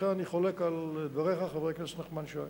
לכן אני חולק על דבריך, חבר הכנסת נחמן שי.